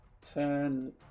turn